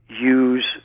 use